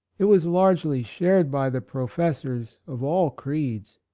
it was largely shared by the professors of all creeds.